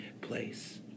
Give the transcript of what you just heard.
place